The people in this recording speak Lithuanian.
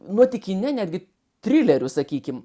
nuotykine netgi trileriu sakykim